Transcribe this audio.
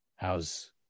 How's